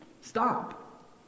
stop